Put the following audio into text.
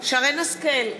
שרן השכל,